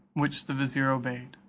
which the vizier obeyed.